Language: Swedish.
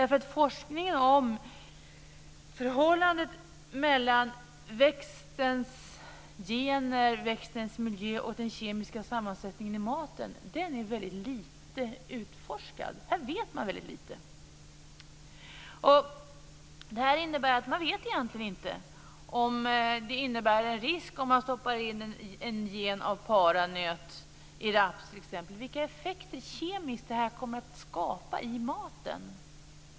Forskningen om förhållandet mellan växtens gener, miljö och den kemiska sammansättningen i maten är väldigt liten. Här vet man väldigt lite. Det här innebär att vi egentligen inte vet om det innebär en risk om man stoppar in en gen av paranöt i raps. Man vet inte vilka effekter kemiskt det kommer att skapa i maten.